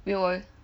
没有 eh